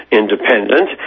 independent